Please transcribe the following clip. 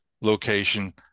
location